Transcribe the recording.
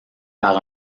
par